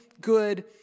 good